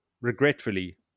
regretfully